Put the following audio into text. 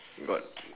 got